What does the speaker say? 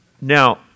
Now